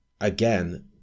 again